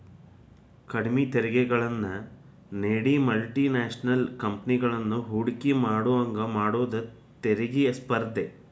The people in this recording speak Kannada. ಕಡ್ಮಿ ತೆರಿಗೆಗಳನ್ನ ನೇಡಿ ಮಲ್ಟಿ ನ್ಯಾಷನಲ್ ಕಂಪೆನಿಗಳನ್ನ ಹೂಡಕಿ ಮಾಡೋಂಗ ಮಾಡುದ ತೆರಿಗಿ ಸ್ಪರ್ಧೆ